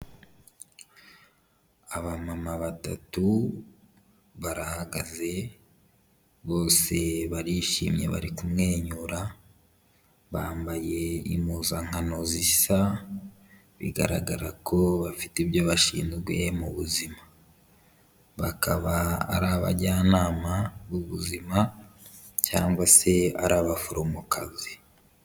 Abamama batatu barahagaze bose barishimye bari kumwenyura, bambaye impuzankano zisa, bigaragara ko bafite ibyo bashinguye mu buzima, bakaba ari abajyanama b'ubuzima cyangwa se ari abaforomokazi.